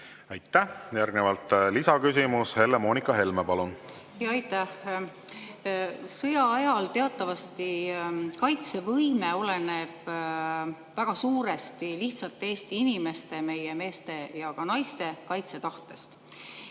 Aitäh! Järgnevalt lisaküsimus, Helle-Moonika Helme, palun! Aitäh! Sõja ajal teatavasti kaitsevõime oleneb väga suuresti lihtsalt Eesti inimeste, meie meeste ja ka naiste kaitsetahtest.